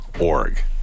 org